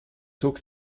zog